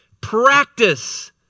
practice